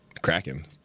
Cracking